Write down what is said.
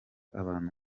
abantu